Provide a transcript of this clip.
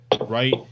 right